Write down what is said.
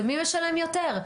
זה מי משלם יותר.